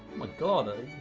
my god.